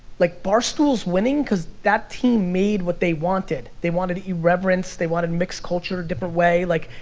like barstool's winning cause that team made what they wanted, they wanted irreverence, they wanted mixed culture, a different way. like